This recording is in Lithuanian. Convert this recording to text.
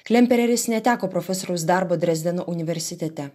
klempereris neteko profesoriaus darbo drezdeno universitete